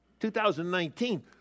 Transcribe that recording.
2019